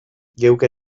geuk